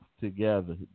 together